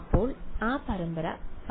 ഇപ്പോൾ ആ പരമ്പര പരിഹാരം കൂടിച്ചേരുന്നുണ്ടോ